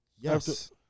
Yes